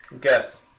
Guess